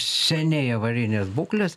seniai avarinės būklės